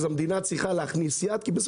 אז המדינה צריכה להכניס יד.